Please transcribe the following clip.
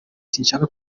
sinshaka